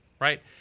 Right